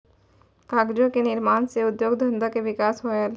कागजो क निर्माण सँ उद्योग धंधा के विकास होलय